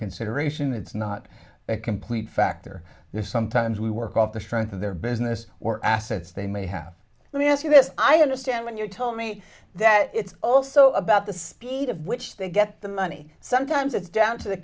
consideration it's not a complete factor there sometimes we work off the strength of their business or assets they may have let me ask you this i understand when you told me that it's also about the speed of which they get the money sometimes it's down to the